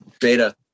beta